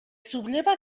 subleva